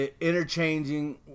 interchanging